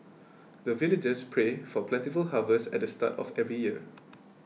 the villagers pray for plentiful harvest at start of every year